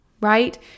right